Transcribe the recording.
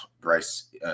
Bryce, –